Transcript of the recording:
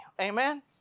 amen